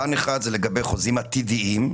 פן אחד זה לגבי חוזים עתידיים,